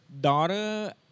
daughter